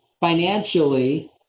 financially